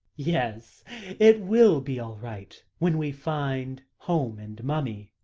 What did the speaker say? yes it will be all right when we find home and mummy,